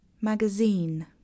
magazine